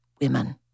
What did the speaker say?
women